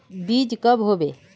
बीज कब होबे?